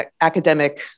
academic